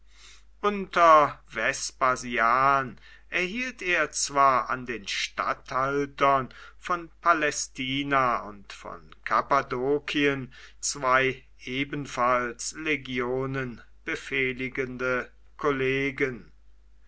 unter vespasian erhielt er zwar an den statthaltern von palästina und von kappadokien zwei ebenfalls legionen befehligende kollegen